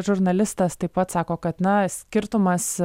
žurnalistas taip pat sako kad na skirtumas